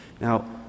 Now